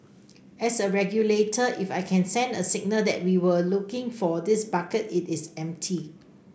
as a regulator if I can send a signal that we were looking for this bucket it is empty